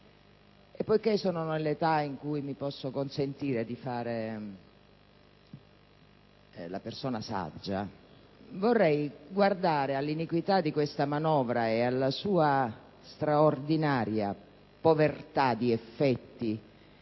Poiché sono nell'età nella quale posso consentirmi di fare la persona saggia, vorrei guardare all'iniquità di questa manovra, alla sua straordinaria povertà di effetti